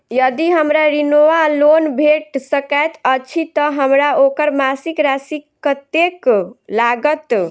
यदि हमरा ऋण वा लोन भेट सकैत अछि तऽ हमरा ओकर मासिक राशि कत्तेक लागत?